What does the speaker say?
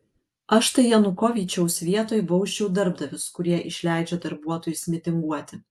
aš tai janukovyčiaus vietoj bausčiau darbdavius kurie išleidžia darbuotojus mitinguoti